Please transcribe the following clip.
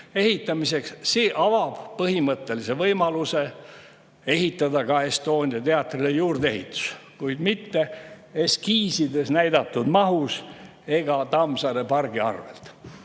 ehitamiseks. See avab põhimõttelise võimaluse ehitada ka Estonia teatrile juurdeehitus, kuid mitte eskiisides näidatud mahus ega Tammsaare pargi arvel.